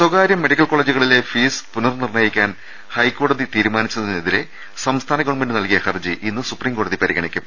സ്വകാര്യ മെഡിക്കൽ കോളേജുകളിലെ ഫീസ് പുനർനിർണ്ണയിക്കാൻ ഹൈക്കോടതി തീരുമാനിച്ചതിനെതിരെ സംസ്ഥാന ഗവണ്മെന്റ് നൽകിയ ഹർജി ഇന്ന് സുപ്രീം കോടതി പരിഗണിക്കും